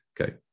Okay